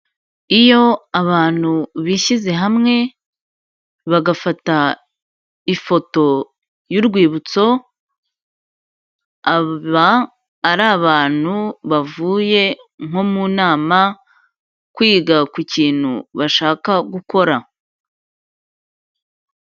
Iyo abantu bishyize hamwe bagafata ifoto y'urwibutso, aba ari abantu bavuye nko mu nama kwiga ku kintu bashaka gukora.